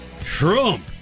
Trump